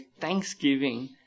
thanksgiving